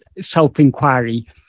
self-inquiry